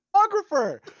photographer